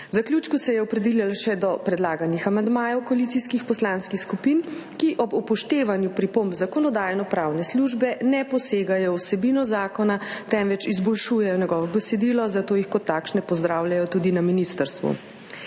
zaključku se je opredelila še do predlaganih amandmajev koalicijskih poslanskih skupin, ki ob upoštevanju pripomb Zakonodajno-pravne službe ne posegajo v vsebino zakona, temveč izboljšujejo njegovo besedilo, zato jih kot takšne pozdravljajo tudi na ministrstvu.